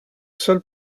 seul